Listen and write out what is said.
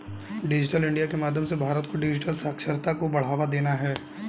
digital India के माध्यम से भारत को डिजिटल साक्षरता को बढ़ावा देना है